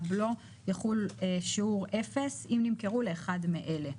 בלו) יחול שיעור אפס אם נמכרו לאחד מאלה.